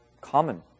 common